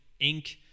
Inc